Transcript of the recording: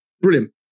Brilliant